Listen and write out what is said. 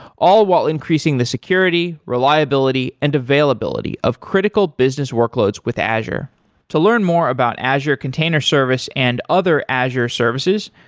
all while increasing the security, reliability and availability of critical business workloads with azure to learn more about azure container service and other azure services,